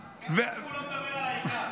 גם ככה הוא לא מדבר על העיקר.